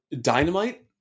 Dynamite